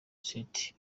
state